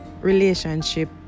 relationship